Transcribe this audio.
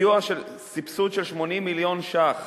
סבסוד של 80 מיליון ש"ח